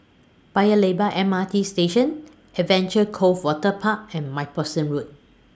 Paya Lebar M R T Station Adventure Cove Waterpark and MacPherson Road